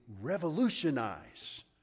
revolutionize